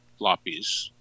floppies